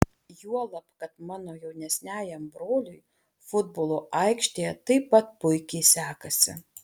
juolab kad mano jaunesniajam broliui futbolo aikštėje taip pat puikiai sekasi